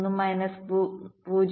3 minus 0